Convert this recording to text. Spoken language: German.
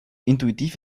intuitiv